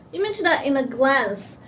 imagenet in a glance,